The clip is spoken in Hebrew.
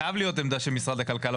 חייב להיות עמדה של משרד הכלכלה.